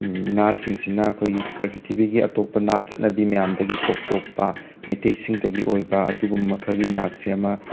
ꯅꯥꯠꯁꯤꯡꯁꯤꯅ ꯑꯩꯈꯣꯏꯒꯤ ꯄ꯭ꯔꯤꯊꯤꯕꯤꯒꯤ ꯑꯇꯣꯞꯄ ꯅꯥꯠ ꯆꯠꯅꯕꯤ ꯃꯌꯥꯝꯗꯒꯤ ꯇꯣꯞ ꯇꯣꯞꯄ ꯃꯩꯇꯩꯁꯤꯡꯇꯒꯤ ꯑꯣꯏꯕ ꯑꯗꯨꯒꯨꯝꯕ ꯃꯈꯜꯒꯤ ꯅꯥꯠ ꯁꯦꯝꯃ